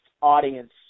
audience